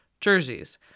jerseys